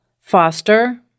foster